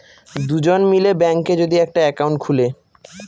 দুজন মিলে ব্যাঙ্কে যদি একটা একাউন্ট খুলে